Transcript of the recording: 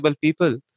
people